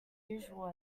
unusual